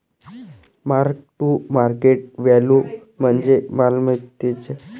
mark to market value म्हणजे मालमत्तेच्या वाजवी मूल्यासाठी लेखांकन करणे